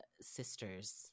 sisters